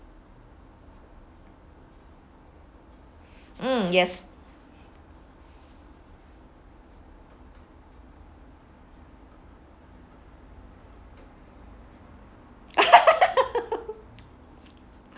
mm yes